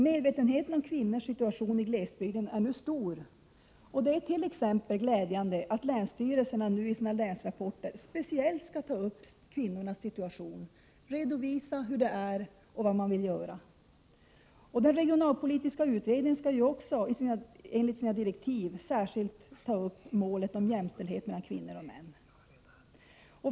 Medvetenheten om kvinnornas situation i glesbygden är nu stor, och det ärt.ex. glädjande att länsstyrelserna nu i sina länsrapporter speciellt skall ta upp kvinnornas situation, redovisa hur det är och vad man vill göra. Den regionalpolitiska utredningen skall ju också enligt sina direktiv särskilt beakta målet om jämställdhet mellan kvinnor och män.